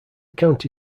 county